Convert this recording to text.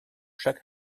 chaque